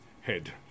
head